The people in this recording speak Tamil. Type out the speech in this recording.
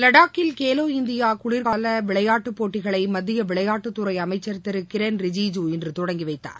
லடாக்கில் கேலோ இந்தியா குளிர்கால விளையாட்டுப் போட்டிகளை மத்திய விளையாட்டுத்துறை அமைச்சர் திரு கிரண் ரிஜிஜூ இன்று தொடங்கி வைத்தார்